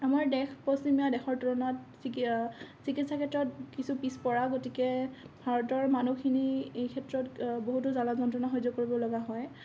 আমাৰ দেশ পশ্চিমীয়া দেশৰ তুলনাত চিকি চিকিৎসাৰ ক্ষেত্ৰত কিছু পিচপৰা গতিকে হাৰ্টৰ মানুহখিনি এই ক্ষেত্ৰত বহুতো জ্বালা যন্ত্ৰণা সহ্য কৰিবলগা হয়